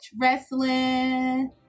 Wrestling